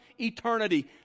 eternity